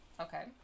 Okay